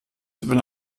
wenn